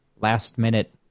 last-minute